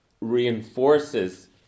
reinforces